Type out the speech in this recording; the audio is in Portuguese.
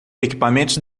equipamentos